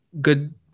good